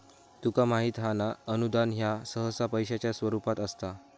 तुका माहित हां ना, अनुदान ह्या सहसा पैशाच्या स्वरूपात असता